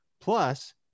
Plus